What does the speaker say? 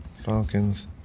Falcons